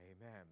Amen